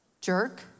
jerk